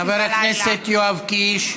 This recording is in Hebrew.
חבר הכנסת יואב קיש.